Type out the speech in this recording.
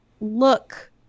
look